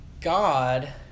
God